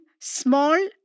small